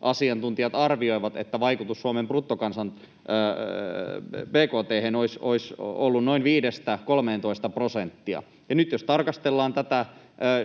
asiantuntijat arvioivat, että vaikutus Suomen bkt:hen olisi ollut noin 5—13 prosenttia, ja nyt jos tarkastellaan tätä